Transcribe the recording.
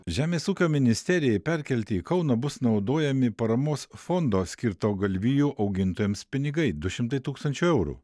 žemės ūkio ministerijai perkelti į kauną bus naudojami paramos fondo skirto galvijų augintojams pinigai du šimtai tūkstančių eurų